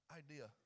idea